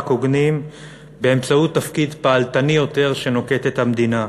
הוגנים באמצעות תפקיד פעלתני יותר שנוקטת המדינה.